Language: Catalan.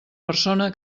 persona